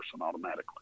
automatically